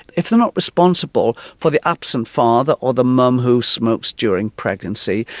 if they are not responsible for the absent father, or the mum who smokes during pregnancy,